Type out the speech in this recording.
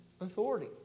authority